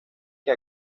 que